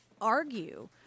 argue